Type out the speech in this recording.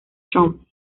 trump